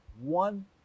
one